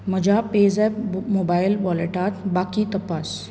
म्हज्या PayZapp mobile वॉलेटांत बाकी तपास